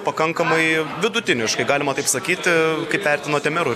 pakankamai vidutiniškai galima taip sakyti kaip vertinote mero